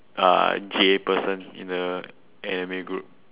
uh J person in the anime group